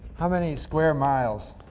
how many square miles